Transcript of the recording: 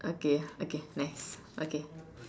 okay okay nice okay